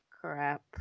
Crap